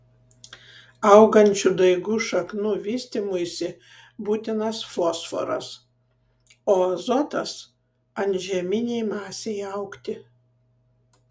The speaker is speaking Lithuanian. augančių daigų šaknų vystymuisi būtinas fosforas o azotas antžeminei masei augti